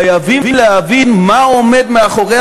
חייבים להבין מה עומד מאחורי